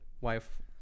wife